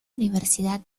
universidad